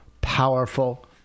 powerful